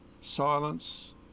silence